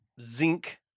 zinc